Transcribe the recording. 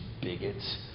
bigots